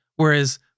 Whereas